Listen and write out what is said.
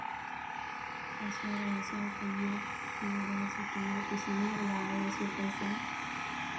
पैसो रहै छै तैओ नहि रहै छै तैओ किसानोवला आबै छै पैसा